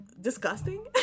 disgusting